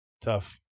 Tough